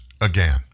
again